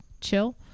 chill